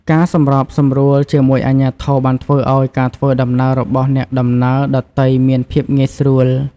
ការសម្របសម្រួលជាមួយអាជ្ញាធរបានធ្វើឱ្យការធ្វើដំណើររបស់អ្នកដំណើរដទៃមានភាពងាយស្រួល។